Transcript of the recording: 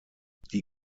die